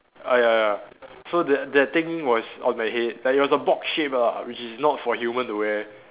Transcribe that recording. ah ya ya so that that thing was on the head like it was a box shape ah which is not for human to wear